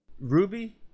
Ruby